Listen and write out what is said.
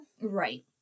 Right